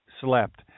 slept